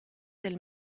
del